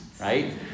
right